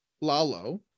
lalo